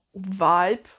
vibe